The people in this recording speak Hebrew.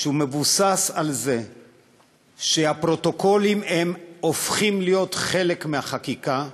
שמבוסס על זה שהפרוטוקולים הופכים להיות חלק מהחקיקה,